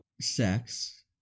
sex